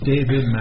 David